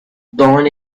dawn